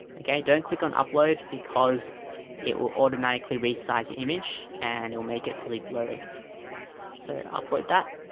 and yeah don't click on upload because it will automatically resize your image and will make it really blurry so upload that,